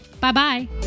Bye-bye